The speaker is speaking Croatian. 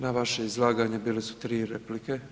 Na vaše izlaganje bile su 3 replike.